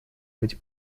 быть